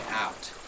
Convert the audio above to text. out